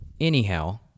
anyhow